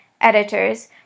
editors